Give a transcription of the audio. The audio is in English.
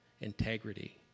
integrity